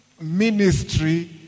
ministry